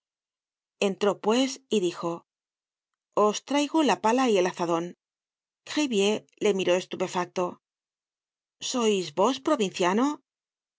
entró pues y dijo os traigo la pala y el azadon gribier le miró estupefacto sois vos provinciano